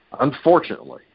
unfortunately